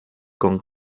con